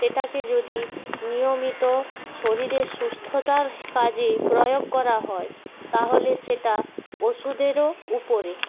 সেটাকে যদি নিয়মিত শরীরের সুস্থতার কাজে প্রয়োগ করা হয় তাহলে সেটা ওষুধেরও উপরে